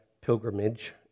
pilgrimage